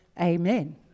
Amen